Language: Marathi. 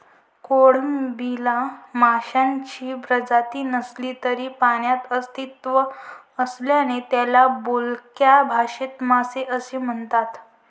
कोळंबीला माशांची प्रजाती नसली तरी पाण्यात अस्तित्व असल्याने त्याला बोलक्या भाषेत मासे असे म्हणतात